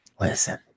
Listen